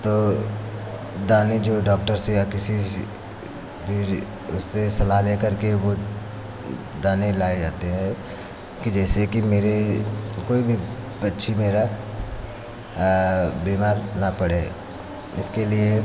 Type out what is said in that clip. तो दाने जो डॉक्टर से या किसी से भेज उससे सलाह लेकर के वो दाने लाए जाते हैं कि जैसे की मेरे कोई भी पक्षी मेरा बीमार ना पड़े इसके लिए